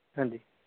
ਹਾਂਜੀ